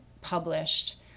published